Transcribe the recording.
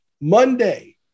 Monday